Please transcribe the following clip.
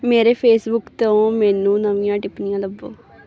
ਮੇਰੇ ਫੇਸਬੁੱਕ ਤੋਂ ਮੈਨੂੰ ਨਵੀਆਂ ਟਿੱਪਣੀਆਂ ਲੱਭੋ